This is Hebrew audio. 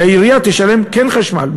והעירייה כן תשלם חשמל.